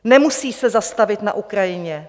Nemusí se zastavit na Ukrajině.